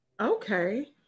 Okay